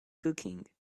cooking